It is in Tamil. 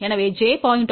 எனவே j 0